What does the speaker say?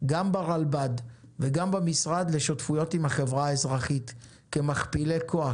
גם ברלב"ד וגם במשרד לשותפויות עם החברה האזרחית כמכפילי כוח.